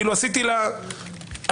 עשיתי לה הרתעה.